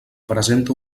presenta